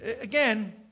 again